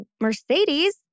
Mercedes